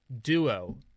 duo